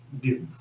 Business